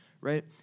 right